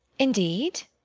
indeed?